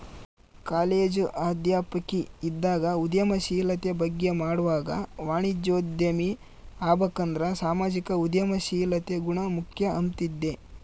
college ಅಧ್ಯಾಪಕಿ ಇದ್ದಾಗ ಉದ್ಯಮಶೀಲತೆ ಬಗ್ಗೆ ಮಾಡ್ವಾಗ ವಾಣಿಜ್ಯೋದ್ಯಮಿ ಆಬಕಂದ್ರ ಸಾಮಾಜಿಕ ಉದ್ಯಮಶೀಲತೆ ಗುಣ ಮುಖ್ಯ ಅಂಬ್ತಿದ್ದೆ